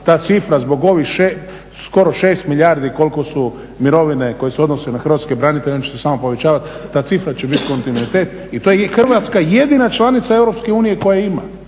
ta cifra zbog ovih skoro 6 milijardi koliko su mirovine koje se odnose na hrvatske branitelje one će se samo povećavati, ta cifra će biti kontinuitet i Hrvatska je jedina članica EU koja ima.